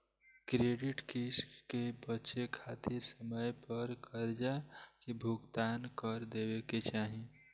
credit risk से बचे खातिर समय पर करजा के भुगतान कर देवे के चाही